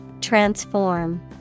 Transform